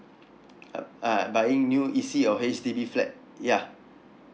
uh uh buying new E_C or H_D_B flat yeah